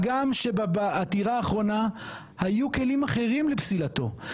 הגם שבעתירה האחרונה היו כלים אחרים לפסילתו,